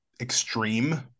extreme